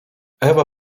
ewa